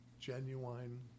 genuine